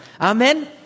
Amen